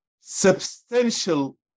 substantial